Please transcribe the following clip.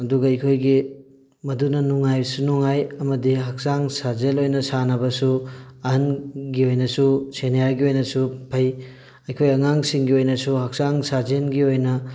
ꯑꯗꯨꯒ ꯑꯩꯈꯣꯏꯒꯤ ꯃꯗꯨꯅ ꯅꯨꯡꯉꯥꯏꯁꯨ ꯅꯨꯡꯉꯥꯏ ꯑꯃꯗꯤ ꯍꯛꯆꯥꯡ ꯁꯥꯖꯦꯜ ꯑꯣꯏꯅ ꯁꯥꯟꯅꯕꯁꯨ ꯑꯍꯟꯒꯤ ꯑꯣꯏꯅꯁꯨ ꯁꯦꯅꯤꯌꯔꯒꯤ ꯑꯣꯏꯅꯁꯨ ꯐꯩ ꯑꯩꯈꯣꯏ ꯑꯉꯥꯡꯁꯤꯡꯒꯤ ꯑꯣꯏꯅꯁꯨ ꯍꯛꯆꯥꯡ ꯁꯥꯖꯦꯜꯒꯤ ꯑꯣꯏꯅ